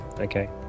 Okay